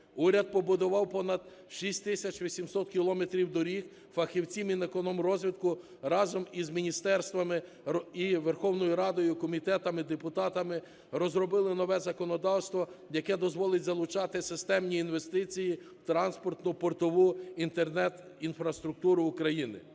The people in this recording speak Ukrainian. Уряд побудував понад 6 тисяч 800 кілометрів доріг. Фахівці Мінекономрозвитку разом із міністерствами і Верховною Радою, комітетами, депутатами розробили нове законодавство, яке дозволить залучати системні інвестиції в транспортну, портову, Інтернет інфраструктуру України.